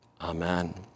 Amen